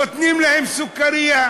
נותנים להם סוכרייה.